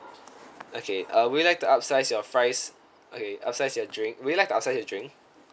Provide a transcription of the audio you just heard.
okay uh will you like to upsize your fries okay upsize your drink would you like to upsize your drink